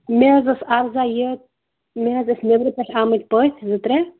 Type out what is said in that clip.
مےٚ حظ اوس عرضا یہِ مےٚ حظ ٲسۍ نٮ۪برٕ پٮ۪ٹھ آمٕتۍ پٔژھۍ زٕ ترٛےٚ